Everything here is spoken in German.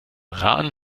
rahn